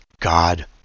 God